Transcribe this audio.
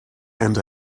and